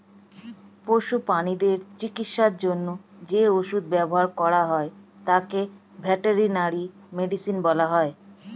পশু প্রানীদের চিকিৎসার জন্য যে ওষুধ ব্যবহার করা হয় তাকে ভেটেরিনারি মেডিসিন বলা হয়